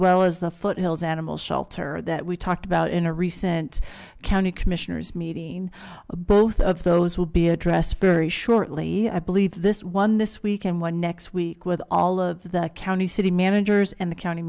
well as the foothills animal shelter that we talked about in a recent county commissioners meeting both of those will be addressed very shortly i believe this one this week and one next week with all of the county city managers and the county